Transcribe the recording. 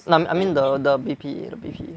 I I mean the B_P the B_P